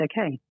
okay